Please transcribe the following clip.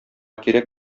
кирәк